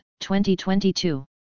2022